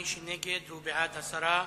מי שנגד, הוא בעד הסרה.